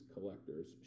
collector's